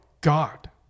God